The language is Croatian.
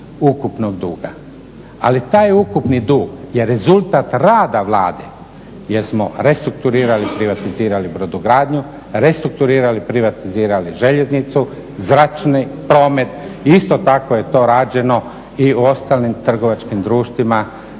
ukupnog duga, ali taj ukupni dug je rezultat rada Vlade jer smo restrukturirali, privatizirali brodogradnju, restrukturirali, privatizirali željeznicu, zračni promet i isto tako je to rađeno i u ostalim trgovačkim društvima